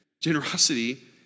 Generosity